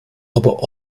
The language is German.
aber